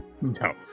no